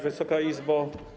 Wysoka Izbo!